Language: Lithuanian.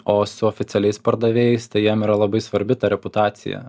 o su oficialiais pardavėjais tai jiem yra labai svarbi ta reputacija